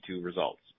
results